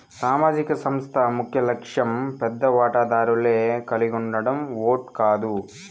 సామాజిక సంస్థ ముఖ్యలక్ష్యం పెద్ద వాటాదారులే కలిగుండడం ఓట్ కాదు